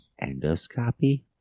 Endoscopy